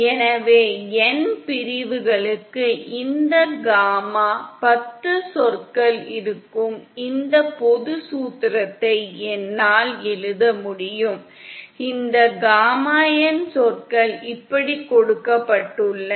எனவே n பிரிவுகளுக்கு இந்த காமா 10 சொற்கள் இருக்கும் இந்த பொது சூத்திரத்தை என்னால் எழுத முடியும் இந்த காமா n சொற்கள் இப்படி கொடுக்கப்பட்டுள்ளன